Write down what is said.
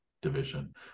division